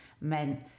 meant